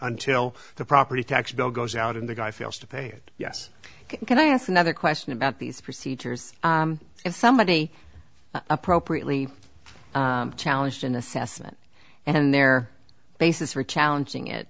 until the property tax bill goes out and the guy fails to pay it yes can i ask another question about these procedures if somebody appropriately challenged an assessment and their basis for challenging it